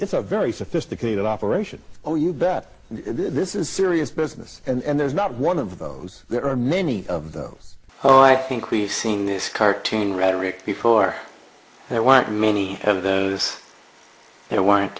it's a very sophisticated operation oh you bet this is serious business and there's not one of those there are many of those oh i think we've seen this cartoon rhetoric before there weren't many of those th